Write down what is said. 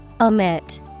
omit